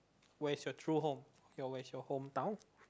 where's your true home your where's your hometown